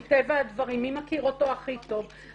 מטבע הדברים מי מכיר אותו הכי טוב,